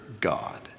God